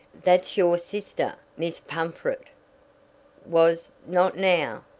that's your sister, miss pumfret? was not now.